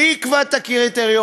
מי יקבע את הקריטריונים?